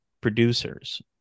producers